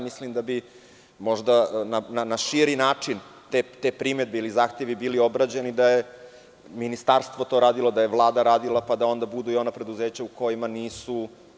Mislim da bi možda na širi način te primedbe ili zahtevi bili obrađeni da je ministarstvo to radilo, da je Vlada to radila, pa da onda budu i ona preduzeća u kojima to nije.